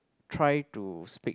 try to speak